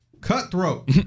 Cutthroat